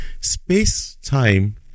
space-time